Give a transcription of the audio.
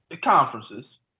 conferences